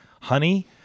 honey